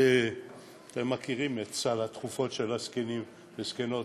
אתם מכירים את סל התרופות של הזקנים והזקנות: